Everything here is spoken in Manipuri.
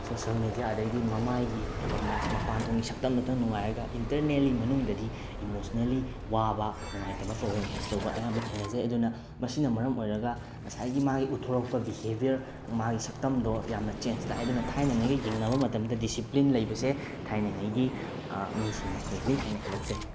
ꯁꯣꯁꯦꯜ ꯃꯦꯗꯤꯌꯥ ꯑꯗꯩꯗꯤ ꯃꯃꯥꯏꯒꯤ ꯃꯄꯥꯟꯊꯣꯡꯒꯤ ꯁꯛꯇꯝꯗꯇꯪ ꯅꯨꯡꯉꯥꯏꯔꯒ ꯏꯟꯇꯔꯅꯦꯜꯂꯤ ꯃꯅꯨꯡꯗꯗꯤ ꯏꯃꯣꯁꯅꯦꯜꯒꯤ ꯋꯥꯕ ꯅꯨꯡꯉꯥꯏꯇꯕ ꯄ꯭ꯔꯣꯕ꯭ꯂꯦꯝ ꯐꯦꯁ ꯇꯧꯕ ꯑꯌꯥꯝꯕ ꯊꯦꯡꯅꯖꯩ ꯑꯗꯨꯅ ꯃꯁꯤꯅ ꯃꯔꯝ ꯑꯣꯏꯔꯒ ꯉꯁꯥꯏꯒꯤ ꯃꯥꯒꯤ ꯎꯠꯊꯣꯔꯛꯄ ꯕꯤꯍꯦꯕꯤꯌꯥꯔ ꯃꯥꯒꯤ ꯁꯛꯇꯝꯗꯣ ꯌꯥꯝꯅ ꯆꯦꯟꯁ ꯂꯥꯛꯑꯦ ꯑꯗꯨꯅ ꯊꯥꯏꯅꯉꯩꯒ ꯌꯦꯡꯅꯕ ꯃꯇꯝꯗ ꯗꯤꯁꯤꯄ꯭ꯂꯤꯟ ꯂꯩꯕꯁꯦ ꯊꯥꯏꯅꯉꯩꯒꯤ ꯃꯤꯁꯤꯡꯅ ꯍꯦꯜꯂꯤ ꯍꯥꯏꯅ ꯑꯩ ꯂꯧꯖꯩ